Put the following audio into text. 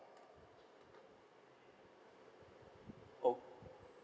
oh